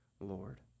Lord